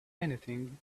anything